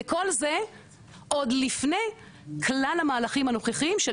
וכל זה עוד לפני כלל המהלכים הנוכחיים של